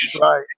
right